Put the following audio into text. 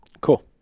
Cool